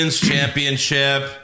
Championship